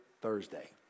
Thursday